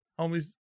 Homies